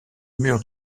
mur